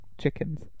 chickens